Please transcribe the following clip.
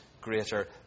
greater